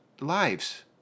lives